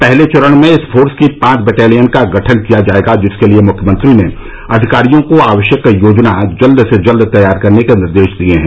पहले चरण में इस फोर्स की पांच बटालियन का गठन किया जायेगा जिसके लिए मुख्यमंत्री ने अधिकारियों को आवश्यक योजना जल्द से जल्द तैयार करने के निर्देश दिये हैं